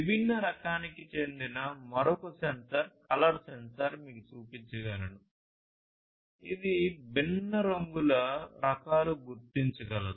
విభిన్న రకానికి చెందిన మరొక సెన్సార్ కలర్ సెన్సార్ మీకు చూపించగలను ఇది భిన్న రంగుల రకాలు గుర్తించగలదు